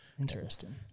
Interesting